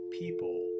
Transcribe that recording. people